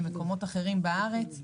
ממקומות אחרים בארץ,